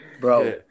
bro